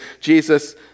Jesus